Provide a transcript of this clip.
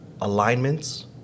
alignments